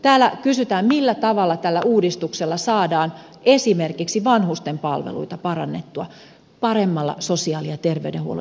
täällä kysytään millä tavalla tällä uudistuksella saadaan esimerkiksi vanhustenpalveluita parannettua paremmalla sosiaali ja terveydenhuollon integraatiolla